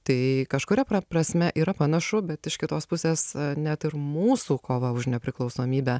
tai kažkuria prasme yra panašu bet iš kitos pusės net ir mūsų kova už nepriklausomybę